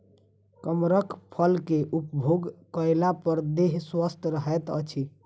कमरख फल के उपभोग कएला पर देह स्वस्थ रहैत अछि